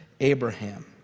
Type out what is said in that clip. Abraham